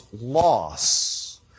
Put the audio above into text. loss